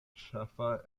ĉefa